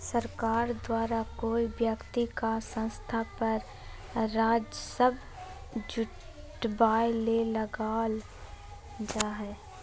सरकार द्वारा कोय व्यक्ति या संस्था पर राजस्व जुटावय ले लगाल जा हइ